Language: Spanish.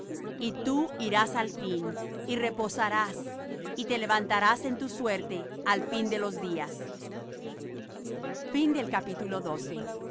y tú irás al fin y reposarás y te levantarás en tu suerte al fin de los días